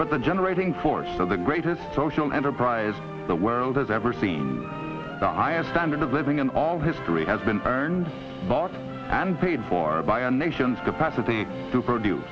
but the generating force of the greatest social enterprise the world has ever seen the highest standard of living in all history has been earned bought and paid for by a nation's capacity to produce